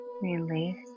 release